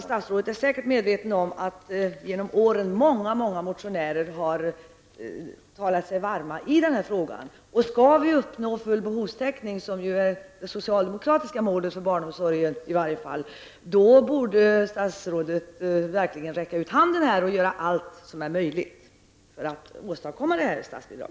Statsrådet är säkerligen medveten om att åtskilliga motionärer genom åren talat sig varma i denna fråga. Skall vi uppnå full behovstäckning, som ju är det socialdemokratiska målet för barnomsorgen, borde statsrådet här verkligen räcka ut handen och göra allt som är möjligt för att åstadkomma detta statsbidrag.